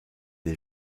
des